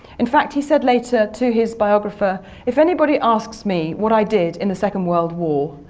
in fact he said later to his biographer, if anybody asks me what i did in the second world war,